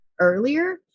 earlier